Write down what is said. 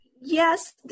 Yes